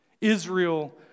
israel